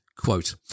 Quote